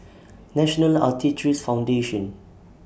National Arthritis Foundation